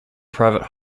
private